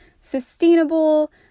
sustainable